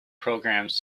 programs